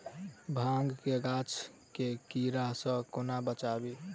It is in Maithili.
भांग केँ गाछ केँ कीड़ा सऽ कोना बचाबी?